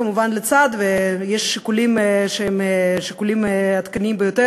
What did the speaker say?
כמובן לצד שיקולים שהם שיקולים עדכניים ביותר